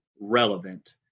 relevant